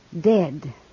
dead